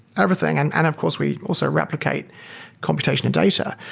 everything. and and of course, we also replicate computation and data.